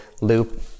loop